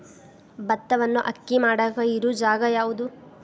ಭತ್ತವನ್ನು ಅಕ್ಕಿ ಮಾಡಾಕ ಇರು ಜಾಗ ಯಾವುದು?